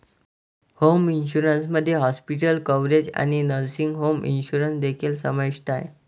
home insurance मध्ये hospital coverage आणि nursing home insurance देखील समाविष्ट आहे